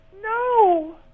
No